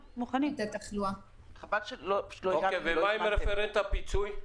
חבל שלא --- מה עם רפרנט הפיצוי?